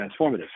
transformative